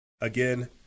Again